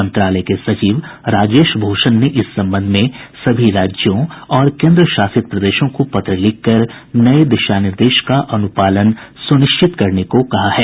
मंत्रालय के सचिव राजेश भूषण ने इस संबंध में सभी राज्यों और केन्द्रशासित प्रदेशों को पत्र लिखकर नये दिशा निर्देश का अनुपालन सुनिश्चित करने को कहा है